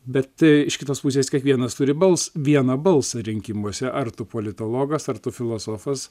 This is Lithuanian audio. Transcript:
bet iš kitos pusės kiekvienas turi bals vieną balsą rinkimuose ar tu politologas ar tu filosofas